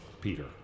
Peter